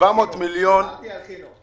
דיברתי על חינוך.